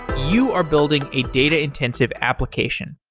you are building a data-intensive application.